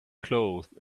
clothes